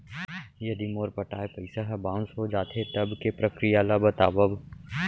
यदि मोर पटाय पइसा ह बाउंस हो जाथे, तब के प्रक्रिया ला बतावव